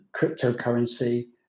cryptocurrency